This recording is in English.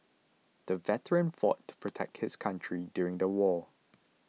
the veteran fought to protect his country during the war